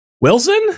Wilson